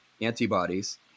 antibodies